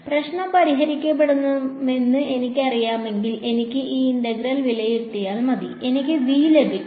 പ്രശ്നം പരിഹരിക്കപ്പെടുമെന്ന് എനിക്കറിയാമെങ്കിൽ എനിക്ക് ഈ ഇന്റഗ്രൽ വിലയിരുത്തിയാൽ മതി എനിക്ക് V ലഭിക്കും